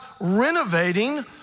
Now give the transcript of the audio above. renovating